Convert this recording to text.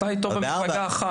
אתה איתו במפלגה אחת.